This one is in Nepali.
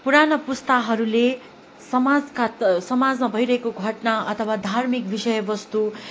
पुरानो पुस्ताहरूले समाजका समाजमा भइरहेको घटना अथवा धार्मिक विषय वस्तु